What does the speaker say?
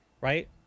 right